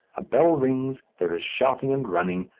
a bell rings, there is shouting and running,